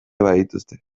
badituzte